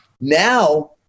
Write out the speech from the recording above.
Now